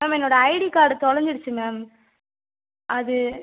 ma'am என்னோடய ID card தொலைஞ்சிடுச்சு ma'am அது